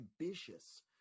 ambitious